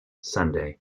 sunday